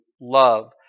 love